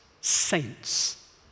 saints